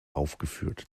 aufgeführt